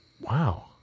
Wow